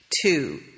Two